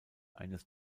eines